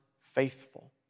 faithful